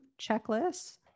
checklists